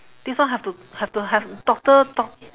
this one have to have to have doctor doc~